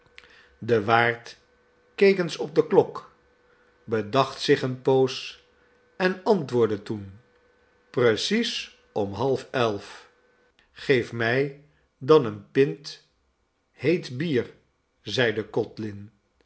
de waard keek eens op de klok bedacht zich eene poos en antwoordde toen precies om half elf geef mij dan een pint heet bier zeide codlin